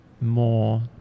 more